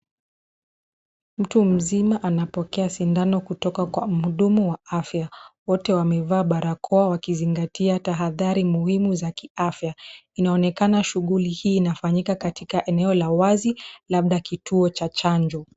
Mtu mzima anapokea sindano kutoka kwa mhudumu wa afya. Wote wamevaa barakoa wakizingatia tahathari muhimu za kiafya. Inaonekana shughuli hii inafanyika katika eneo la wazi labda kituo cha chanjo.